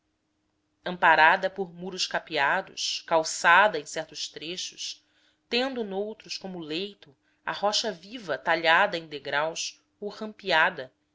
amparada por muros capeados calçada em certos trechos tendo noutros como leito a rocha viva talhada em degraus ou rampeada